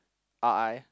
R_I